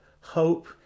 hope